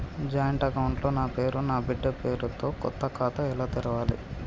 Joint account లో నా పేరు నా బిడ్డే పేరు తో కొత్త ఖాతా ఎలా తెరవాలి?